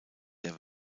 der